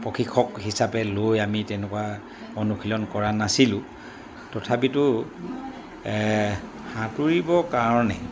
প্ৰশিক্ষক হিচাপে লৈ আমি তেনেকুৱা অনুশীলন কৰা নাছিলোঁ তথাপিতো সাঁতুৰিবৰ কাৰণে